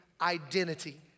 identity